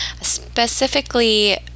Specifically